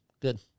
Good